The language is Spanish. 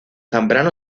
zambrano